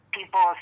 People